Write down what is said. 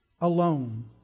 alone